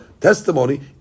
testimony